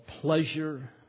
pleasure